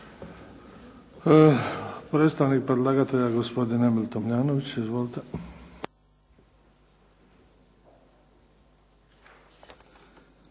Predstavnik predlagatelja gospodin Emil Tomljanović. Izvolite.